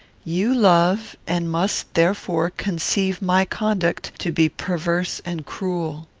you love and must, therefore, conceive my conduct to be perverse and cruel.